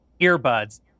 earbuds